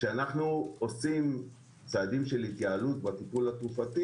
כשאנחנו עושים צעדים של התייעלות בטיפול התרופתי